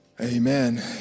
Amen